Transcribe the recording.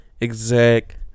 exact